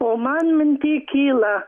o man minty kyla